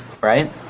right